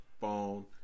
phone